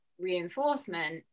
reinforcement